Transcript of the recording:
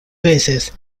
veces